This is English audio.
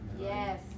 Yes